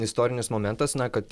istorinis momentas na kad